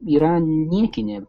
yra niekinė